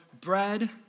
bread